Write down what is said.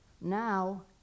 Now